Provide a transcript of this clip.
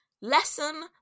lesson